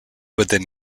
within